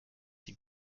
die